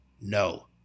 no